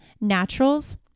Naturals